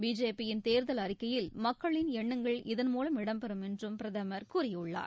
பிஜேபியின் தேர்தல் அறிக்கையில் மக்களின் எண்ணங்கள் இதன்மூலம் இடம்பெறும் என்றும் பிரதமர் கூறியுள்ளார்